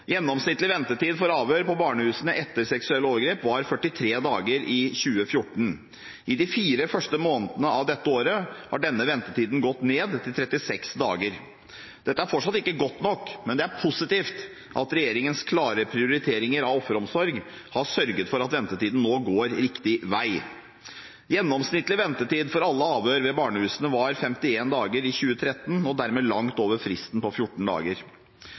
Gjennomsnittlig ventetid for avhør på barnehusene etter seksuelle overgrep var 43 dager i 2014. I de fire første månedene av dette året har denne ventetiden gått ned til 36 dager. Dette er fortsatt ikke godt nok, men det er positivt at regjeringens klare prioriteringer av offeromsorg har sørget for at ventetiden nå går riktig vei. Gjennomsnittlig ventetid for alle avhør ved barnehusene var 51 dager i 2013 og dermed langt over fristen på 14 dager.